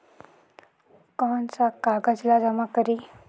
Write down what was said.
कौन का कागज ला जमा करी?